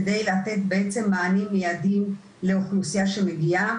כדי לתת בעצם מענים מיידיים לאוכלוסייה שמגיעה,